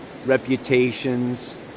reputations